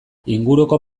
inguruko